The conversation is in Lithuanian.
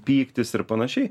pyktis ir panašiai